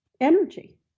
energy